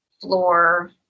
floor